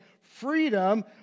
freedom